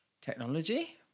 technology